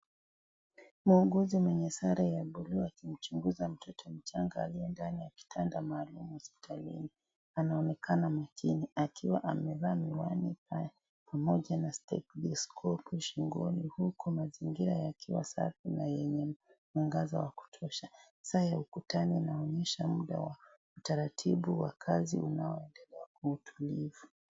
Mwuguzi wenye sare za buluu akimchunguza mtoto mchanga aliye ndani ya kitanda maalum hospitalini. Anaonekana makini akiwa amevaa miwani pamoja na stethoskopu shingoni huku mazingira yakiwa safi na yenye mwangaza wa kutosha. Saa ya ukutani inaonyesha muda wa utaratibu wa kazi unaoendelea kwa utulivu.